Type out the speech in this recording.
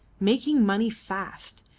making money fast,